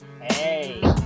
Hey